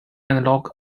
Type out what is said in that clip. analog